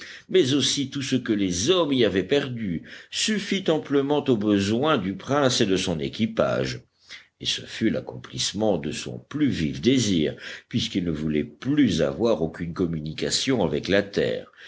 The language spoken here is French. mais aussi tout ce que les hommes y avaient perdu suffit amplement aux besoins du prince et de son équipage et ce fut l'accomplissement de son plus vif désir puisqu'il ne voulait plus avoir aucune communication avec la terre